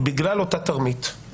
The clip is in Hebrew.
וזאת בגלל אותה תרמית.